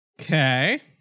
Okay